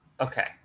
Okay